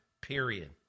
period